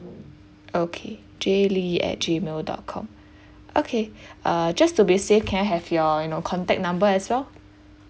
okay jaylee at G mail dot com okay uh just to be safe can I have your you know contact number as well